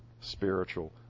spiritual